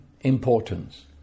importance